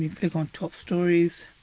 click on top stories.